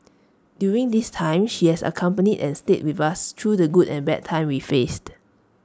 during this time she has accompanied and stayed with us through the good and bad times we faced